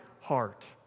heart